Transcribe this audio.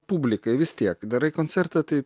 publikai vis tiek darai koncertą tai